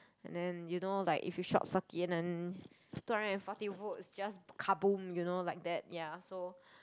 and then you know like if you short circuit and then two hundred and forty volts just kaboom you know like that ya so